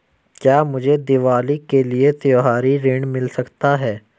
क्या मुझे दीवाली के लिए त्यौहारी ऋण मिल सकता है?